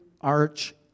arch